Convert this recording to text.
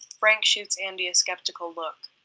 frank shoots andy a skeptical look.